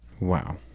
Wow